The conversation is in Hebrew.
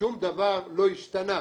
שום דבר לא השתנה.